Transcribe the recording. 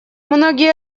многие